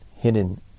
hidden